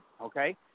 okay